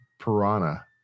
piranha